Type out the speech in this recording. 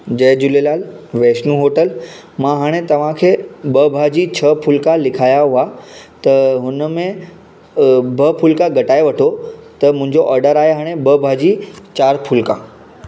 जय Jhulelal Vaishno hotel मां हाणे तव्हांखे ॿ भाॼी छह फुल्का लिखाया हुआ त हुन में ॿ फुल्का घटाए वठो त मुंहिंजो ऑडर आहे हाणे ॿ भाॼी चारि फुल्का